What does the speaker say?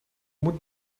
moet